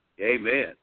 Amen